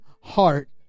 heart